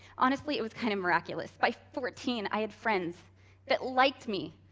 honestly, it was kind of miraculous. by fourteen, i had friends that liked me.